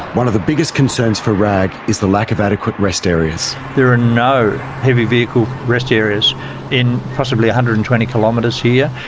one of the biggest concerns for raag is the lack of adequate rest areas. there are no heavy-vehicle rest areas in possibly one hundred and twenty kilometres here.